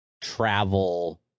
travel